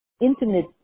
Intimate